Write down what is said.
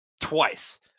twice